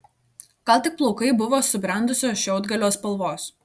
gal tik plaukai buvo subrendusio šiaudgalio spalvos